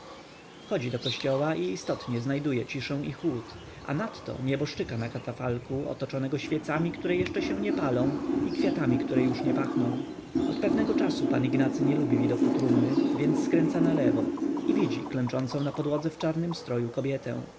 wchodzi do kościoła i istotnie znajduje ciszę i chłód a nadto nieboszczyka na katafalku otoczonego świecami które się jeszcze nie palą i kwiatami które już nie pachną od pewnego czasu pan ignacy nie lubi widoku trumny więc skręca nalewo i widzi klęczącą na posadzce w czarnym stroju kobietę